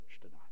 tonight